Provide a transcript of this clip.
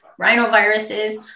rhinoviruses